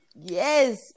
Yes